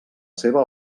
seva